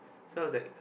so I was like